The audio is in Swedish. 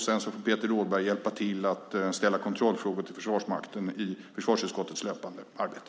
Sedan får Peter Rådberg hjälpa till att ställa kontrollfrågor till Försvarsmakten i försvarsutskottets löpande arbete.